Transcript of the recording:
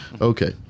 Okay